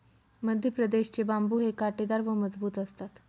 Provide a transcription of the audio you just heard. मध्यप्रदेश चे बांबु हे काटेदार व मजबूत असतात